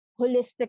holistic